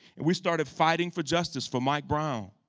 and we started fighting for justice for mike brown,